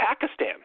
Pakistan